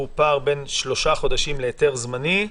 הוא פער שבין שלושה חודשים להיתר זמני,